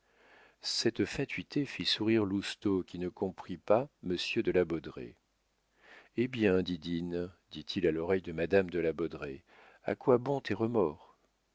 cette fatuité fit sourire lousteau qui ne comprit pas monsieur de la baudraye hé bien didine dit-il à l'oreille de madame de la baudraye à quoi bon tes remords